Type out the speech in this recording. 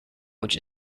which